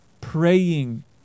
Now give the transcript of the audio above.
praying